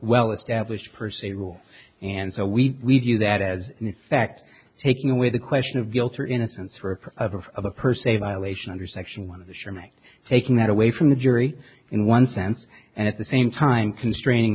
well established per se rule and so we we view that as in effect taking away the question of guilt or innocence ripped of a per se violation under section one of the sherman act taking that away from the jury in one sense and at the same time constrain